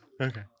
Okay